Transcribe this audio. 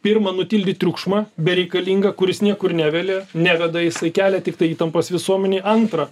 pirma nutildyt triukšmą bereikalingą kuris niekur nevelė neveda jisai kelia tiktai įtampas visuomenėje antra